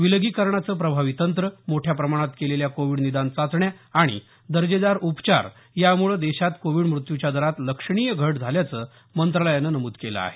विलगीकरणाचं प्रभावी तंत्र मोठ्या प्रमाणात केलेल्या कोविड निदान चाचण्या आणि दर्जेदार उपचार यामुळे देशात कोविड मृत्यूच्या दरात लक्षणीय घट झाल्याचं मंत्रालयानं नमूद केलं आहे